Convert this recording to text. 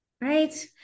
right